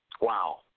Wow